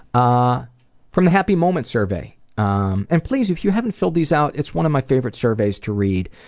ah from a happy moments survey um and please, if you haven't filled these out, it's one of my favorite surveys to read.